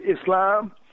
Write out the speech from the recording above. Islam